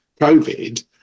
COVID